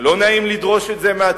זה לא נעים לדרוש את זה מהציבור,